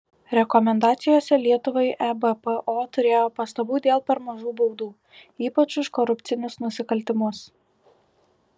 rekomendacijose lietuvai ebpo turėjo pastabų dėl per mažų baudų ypač už korupcinius nusikaltimus